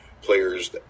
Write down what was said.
players